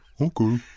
Okay